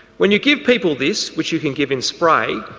when you give people this, which you can give in spray,